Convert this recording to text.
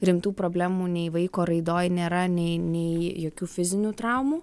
rimtų problemų nei vaiko raidoj nėra nei nei jokių fizinių traumų